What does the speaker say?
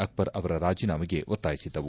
ಅಕ್ಷರ್ ಅವರ ರಾಜೀನಾಮೆಗೆ ಒತ್ತಾಯಿಸಿದವು